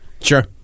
Sure